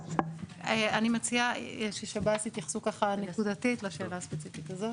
אני מציעה ששב"ס יתייחסו נקודתית לשאלה הספציפית הזאת.